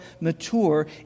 mature